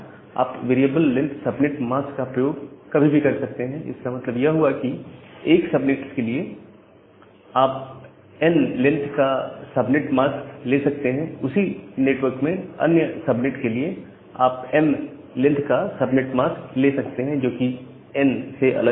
आप variable length subnet mask का प्रयोग कभी भी कर सकते हैं इसका मतलब यह हुआ कि एक सबनेट के लिए आप एन लेंथ का सबनेट मास्क ले सकते हैं उसी नेटवर्क में अन्य सबनेट के लिए आप एम लेंथ का सबनेट मास्क ले सकते हैं जो कि एन से अलग है